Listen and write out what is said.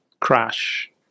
crash